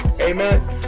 amen